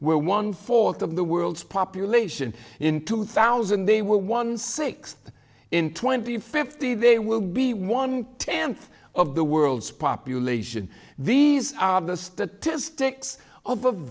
were one fourth of the world's population in two thousand they were one six in twenty fifty they will be one tenth of the world's population these are the statistics of